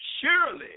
surely